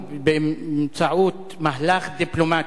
שבאמצעות מהלך דיפלומטי,